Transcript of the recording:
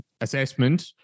assessment